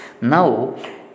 Now